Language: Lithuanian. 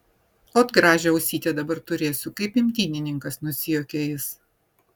ot gražią ausytę dabar turėsiu kaip imtynininkas nusijuokė jis